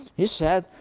he said,